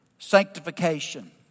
sanctification